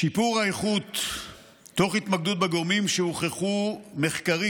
שיפור האיכות תוך התמקדות בגורמים שהוכחו מחקרים